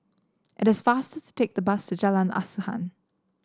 it is faster to take the bus to Jalan Asuhan